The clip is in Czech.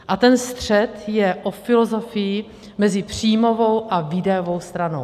A ten střet je o filozofii mezi příjmovou a výdajovou stranou.